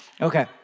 okay